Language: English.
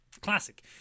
Classic